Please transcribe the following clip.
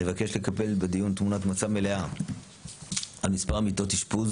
נבקש לקבל בדיון תמונת מצב מלאה על מספר מיטות אשפוז